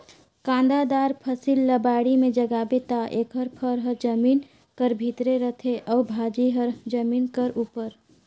कांदादार फसिल ल बाड़ी में जगाबे ता एकर फर हर जमीन कर भीतरे रहथे अउ भाजी हर जमीन कर उपर